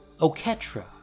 Oketra